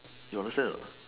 you understand anot